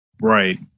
Right